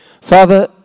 Father